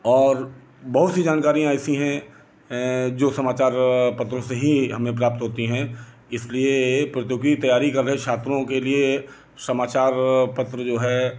और बहुत सी जानकारियाँ ऐसी हैं जो समाचार पत्रों से ही हमें प्राप्त होती है इसलिए प्रतियोगी तैयारी कर रहे छात्रों के लिए समाचार पत्र जो है